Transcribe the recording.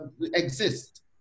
exist